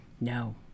No